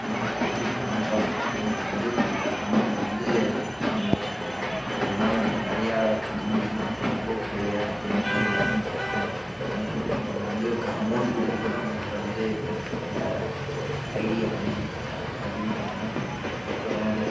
அவங்க ஒரு குறிப்பிட்ட அமௌண்ட் ஆஃப் அமௌண்ட்டு வந்து அமௌண்ட்டு வந்து வாங்கிப்பாங்களாமாம் ஏன்னால் இந்த நிறையா இருந்துச்சுன்னால் இங்கே ப்ரோ ப்ளேயர் அப்படிங்கற மாதிரி இருந்துச்சுன்னு வச்சுக்கோங்களேன் அவங்களுக்கு அவங்க வந்து க அமௌண்ட்டு கொடுத்து கூட அவங்கள்ட வந்து அந்த ஐடியை வாங்கிப்பாங்க அப்படின்னு சொன்னாங்க அப்புறம்